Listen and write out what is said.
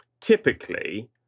typically